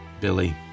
Billy